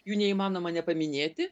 jų neįmanoma nepaminėti